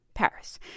Paris